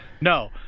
No